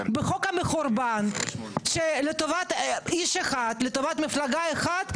בחוק מחורבן לטובת איש אחד,